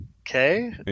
okay